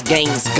Games